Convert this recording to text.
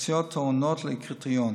האוכלוסיות העונות לקריטריון.